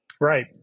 Right